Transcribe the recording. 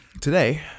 today